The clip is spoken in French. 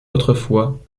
autrefois